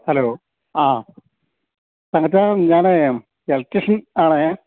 hello ആ തങ്കച്ചാ ഞാനേ ഇലക്ട്രിഷ്യൻ ആണേ